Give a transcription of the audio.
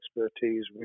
expertise